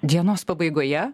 dienos pabaigoje